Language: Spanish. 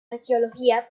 arqueología